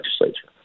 legislature